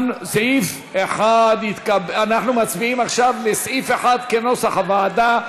אנחנו מצביעים עכשיו על סעיף 1 כנוסח הוועדה.